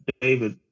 David